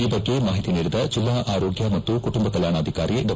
ಈ ಬಗ್ಗೆ ಮಾಹಿತಿ ನೀಡಿದ ಜಿಲ್ಲಾ ಆರೋಗ್ಯ ಮತ್ತು ಕುಟುಂಬ ಕಲ್ನಾಣಾಧಿಕಾರಿ ಡಾ